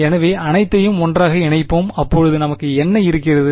எனவே அனைத்தையும் ஒன்றாக இணைப்போம் அப்போது நமக்கு என்ன இருக்கிறது